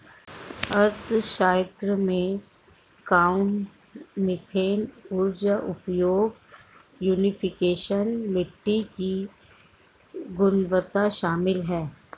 अर्थशास्त्र में carbon, methane ऊर्जा उपयोग, यूट्रोफिकेशन, मिट्टी की गुणवत्ता शामिल है